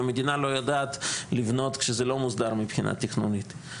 והמדינה לא יודעת לבנות כשזה לא מוסדר מבחינה תכנונית.